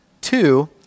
two